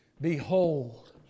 Behold